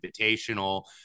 Invitational